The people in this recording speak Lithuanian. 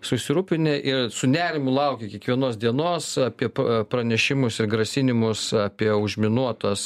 susirūpinę ir su nerimu laukia kiekvienos dienos apie pranešimus ir grasinimus apie užminuotas